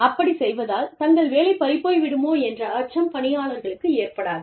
அப்படிச் செய்வதால் தங்கள் வேலை பறிபோய் விடுமோ என்ற அச்சம் பணியாளர்களுக்கு ஏற்படாது